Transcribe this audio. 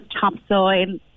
topsoil